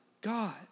God